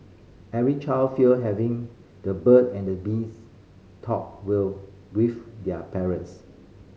every child fear having the bird and the bees talk will with their parents